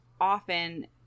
often